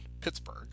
Pittsburgh